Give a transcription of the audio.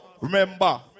Remember